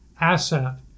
asset